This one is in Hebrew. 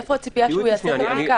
איפה מצפים שיעשה את הבדיקה?